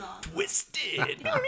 Twisted